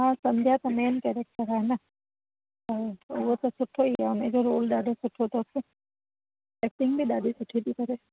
हा संध्या त main character आहे न हा पोइ उहो त सुठो ई उनजो रोल ॾाढो सुठो अथसि एक्टिंग बि ॾाढी सुठी थी करे